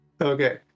Okay